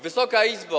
Wysoka Izbo!